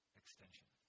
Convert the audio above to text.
extension